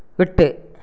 விட்டு